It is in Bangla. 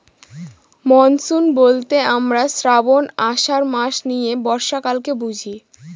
মনসুন বলতে আমরা শ্রাবন, আষাঢ় মাস নিয়ে বর্ষাকালকে বুঝি